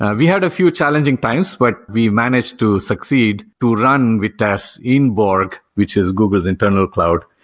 ah we had a few challenging times, but we managed to succeed to run vitess in borg, which is google's internal cloud,